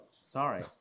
sorry